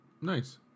Nice